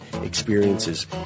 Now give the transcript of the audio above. experiences